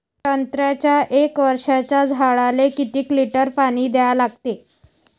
संत्र्याच्या एक वर्षाच्या झाडाले किती लिटर पाणी द्या लागते?